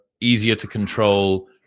easier-to-control